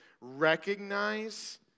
recognize